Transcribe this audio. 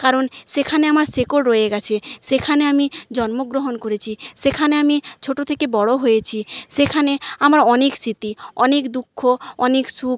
কারণ সেখানে আমার শেকড় রয়ে গেছে সেখানে আমি জন্মগ্রহণ করেছি সেখানে আমি ছোটো থেকে বড়ো হয়েছি সেখানে আমার অনেক স্মৃতি অনেক দুঃখ অনেক সুখ